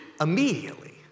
immediately